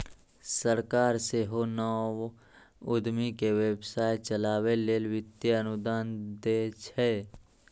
सरकार सेहो नव उद्यमी कें व्यवसाय चलाबै लेल वित्तीय अनुदान दै छै